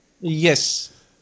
Yes